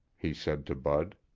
he said to bud.